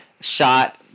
shot